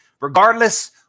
regardless